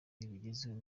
rugezeho